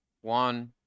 one